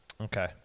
Okay